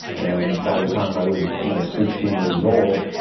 and by the time i was you know sixteen, years old,